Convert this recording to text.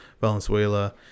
Valenzuela